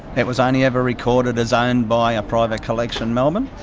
it was only ever recorded as owned by a private collection melbourne.